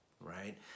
right